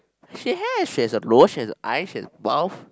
she has she has a nose she has a eye she has a mouth